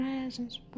presence